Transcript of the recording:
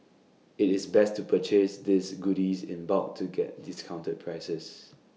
IT is best to purchase these goodies in bulk to get discounted prices